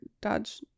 Dodge